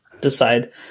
decide